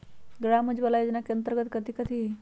ग्राम उजाला योजना के अंतर्गत कथी कथी होई?